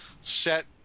set